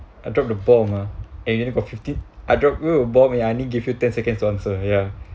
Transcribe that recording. I drop the bomb ah eh you need got fifteen I drop you a bomb ya I need give you ten seconds to answer ya